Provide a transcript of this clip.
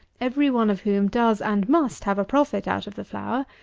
every one of whom does and must have a profit out of the flour,